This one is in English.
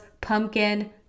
pumpkin